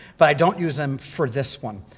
but i don't use him for this one.